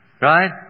Right